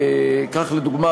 לדוגמה,